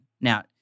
Now